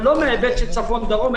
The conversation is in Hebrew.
ולא מההיבט של צפון-דרום,